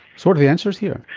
sort of the answers here?